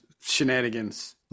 Shenanigans